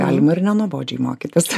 galima ir nenuobodžiai mokytis